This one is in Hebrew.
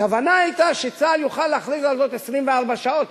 הכוונה היתה שצה"ל יוכל להכריז על זאת ל-24 שעות,